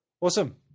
Awesome